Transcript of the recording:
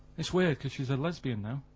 it's weird cos she's a lesbian now.